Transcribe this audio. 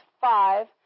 five